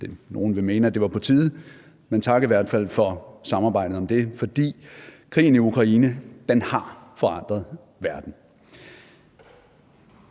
nogle vil mene, at det var på tide, men tak i hvert fald for samarbejdet om det. For krigen i Ukraine har forandret verden.